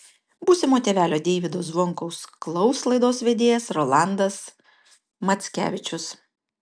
būsimo tėvelio deivydo zvonkaus klaus laidos vedėjas rolandas mackevičius